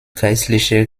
geistliche